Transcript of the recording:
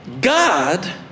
God